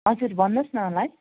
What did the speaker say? हजुर भन्नुहोस न होला है